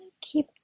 keep